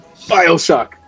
Bioshock